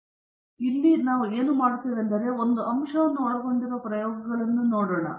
ಆದ್ದರಿಂದ ನಾವು ಇಲ್ಲಿ ಏನು ಮಾಡಿದ್ದೇವೆಂದರೆ ಕೇವಲ ಒಂದು ಅಂಶವನ್ನು ಒಳಗೊಂಡಿರುವ ಪ್ರಯೋಗಗಳನ್ನು ನಾವು ನೋಡುತ್ತಿದ್ದೇವೆ